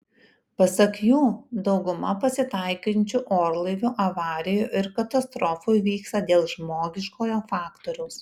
pasak jų dauguma pasitaikančių orlaivių avarijų ir katastrofų įvyksta dėl žmogiškojo faktoriaus